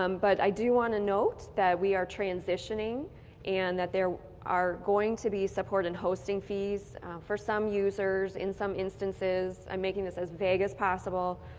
um but i do want to note we are transitioning and that there are going to be support and hosting fees for some users in some instances. i'm making this as vague as possible.